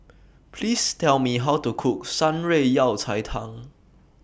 Please Tell Me How to Cook Shan Rui Yao Cai Tang